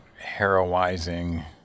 heroizing